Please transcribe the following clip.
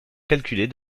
calculée